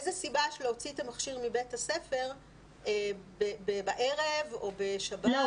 איזה סיבה יש להוציא את המכשיר מבית הספר בערב או בשבת?